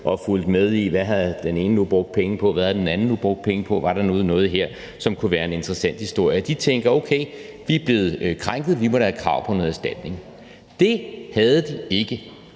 og fulgt med i, hvad den ene nu havde brugt penge på, hvad den anden nu havde brugt penge på, og om der var noget der, som kunne være en interessant historie. De tænkte: Okay, vi er blevet krænket, vi må da have krav på noget erstatning. Det havde de ikke.